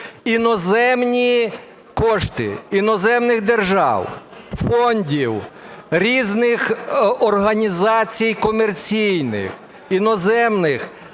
іноземні кошти іноземних держав, фондів, різних організацій комерційних, іноземних